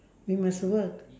we must work